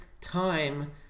time